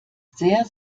sehr